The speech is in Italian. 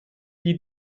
gli